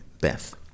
Beth